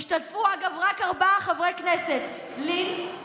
השתתפו אגב רק ארבעה חברי כנסת: לין, רובינשטיין,